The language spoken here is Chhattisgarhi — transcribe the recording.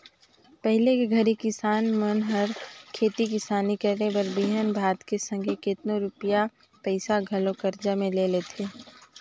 पहिली के घरी किसान मन हर खेती किसानी करे बर बीहन भात के संघे केतनो रूपिया पइसा घलो करजा में ले लेथें